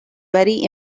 very